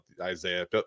Isaiah